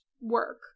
work